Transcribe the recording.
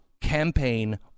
campaign